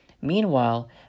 Meanwhile